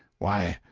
why,